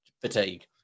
fatigue